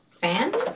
fan